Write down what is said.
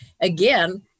again